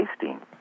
tasting